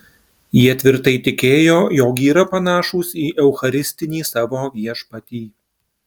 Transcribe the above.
jie tvirtai tikėjo jog yra panašūs į eucharistinį savo viešpatį